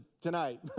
tonight